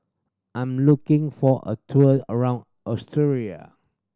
I'm looking for a tour around Australia